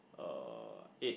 uh